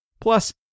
Plus